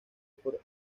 por